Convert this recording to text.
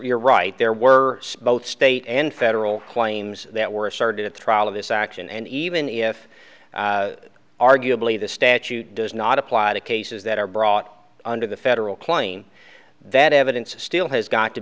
you're right there were both state and federal claims that were asserted at the trial of this action and even if arguably the statute does not apply to cases that are brought under the federal clean that evidence still has got to